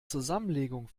zusammenlegung